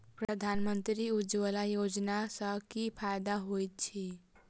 प्रधानमंत्री उज्जवला योजना सँ की फायदा होइत अछि?